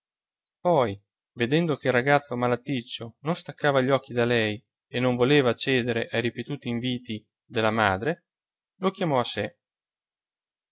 poi vedendo che il ragazzo malaticcio non staccava gli occhi da lei e non voleva cedere ai ripetuti inviti della madre